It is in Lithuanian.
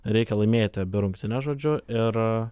reikia laimėti abi rungtynes žodžiu ir